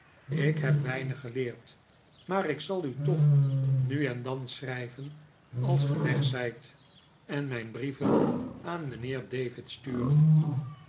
ik heb weinig geleerd maar ik zal u toch nu en dan schrijven als ge weg zijt en mijn brieven aan mijnheer david sturen